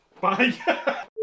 Bye